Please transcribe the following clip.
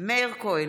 מאיר כהן,